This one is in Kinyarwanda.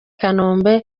kanombe